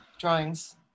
drawings